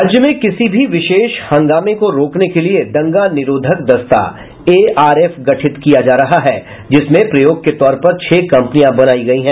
राज्य में किसी भी विशेष हंगामे को रोकने के लिए दंगा निरोधक दस्ता एआरएफ गठित किया जा रहा है जिसमें प्रयोग के तौर पर छह कंपनियां बनायी गयी है